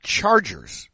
Chargers